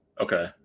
Okay